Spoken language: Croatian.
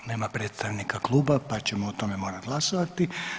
Nema predstavnika kluba pa ćemo o tome morat glasovati.